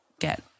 get